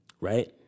Right